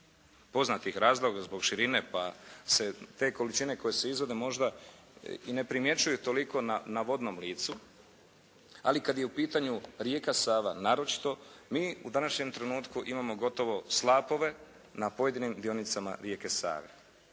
poznatih razloga, zbog širine pa se te količine koje se izvode možda i ne primjećuju toliko na vodnom licu. Ali kad je u pitanju rijeka Sava, naročito mi u današnjem trenutku imamo gotovo slapove na pojedinim dionicama rijeke Save.